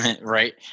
Right